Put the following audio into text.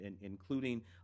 including